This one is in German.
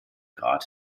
grad